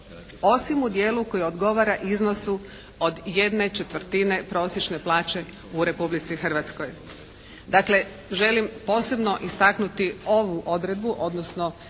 osim u dijelu koji odgovara iznosu od jedne četvrtine prosječne plaće u Republici Hrvatskoj. Dakle želim posebno istaknuti ovu odredbu odnosno